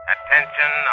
Attention